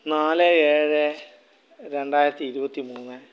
നാല് ഏഴ് രണ്ടായിരത്തി ഇരുപത്തി മൂന്ന്